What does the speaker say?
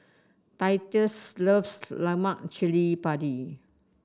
Titus loves Lemak Cili Padi